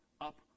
up